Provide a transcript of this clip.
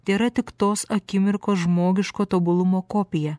tėra tik tos akimirkos žmogiško tobulumo kopija